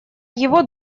его